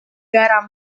garam